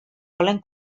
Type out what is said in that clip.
volen